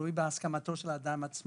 תלוי בהסכמתו של האדם עצמו.